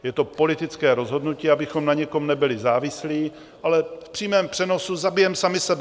Je to politické rozhodnutí, abychom na někom nebyli závislí, ale v přímém přenosu zabijeme sami sebe.